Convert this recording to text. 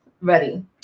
ready